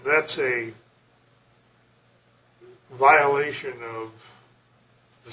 that's a violation of the